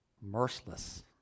merciless